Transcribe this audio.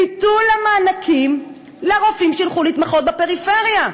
ביטול המענקים לרופאים שילכו להתמחות בפריפריה.